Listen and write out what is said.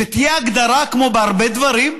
שתהיה הגדרה, כמו בהרבה דברים,